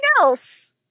else